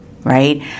right